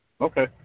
Okay